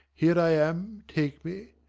here i am take me!